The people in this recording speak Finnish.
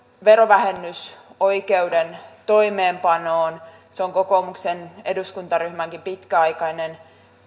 verovähennysoikeuden toimeenpanoon se on kokoomuksen eduskuntaryhmänkin pitkäaikainen